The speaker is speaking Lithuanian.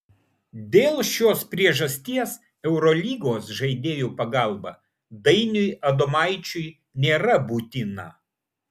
dėl šios priežasties eurolygos žaidėjų pagalba dainiui adomaičiui nėra būtina